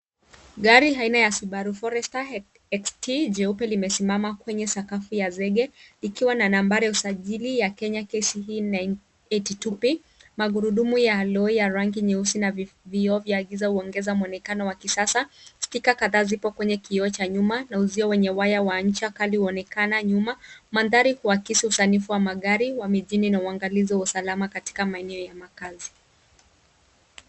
Gari aina ya subaru forester xt jeupe limesimama kwenye sakafu ya zege likiwa na nambari ya usajili ya kenya KCE 982B , magurudumu ya loi ya rangi nyeusi na vioo vya giza huongeza mwonekano wa kisasa stika kadhaa zipo kwenye kioo cha nyuma na uzio wenye waya kali wa ncha unaonekana nyuma, mandhari kuakisi usanifu wa magari wa mijini na uangalizi wa usalama katika maeneo ya makazi.